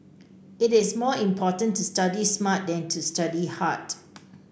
it is more important to study smart than to study hard